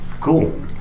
Cool